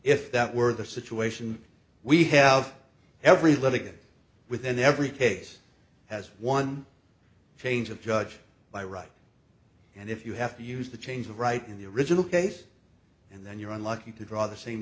if that were the situation we have every letter within every case has one change of judge by right and if you have to use the change of right in the original case and then you're unlucky to draw the same